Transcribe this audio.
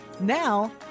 Now